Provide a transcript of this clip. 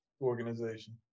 organization